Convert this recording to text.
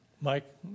Mike